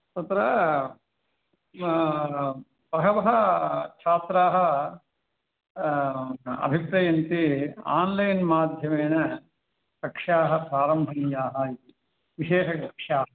तत्रा बहवः छात्राः अभिप्रयन्ति आन्लैन् माध्यमेन कक्षाः प्रारम्भनीयाः इति विशेषकक्षाः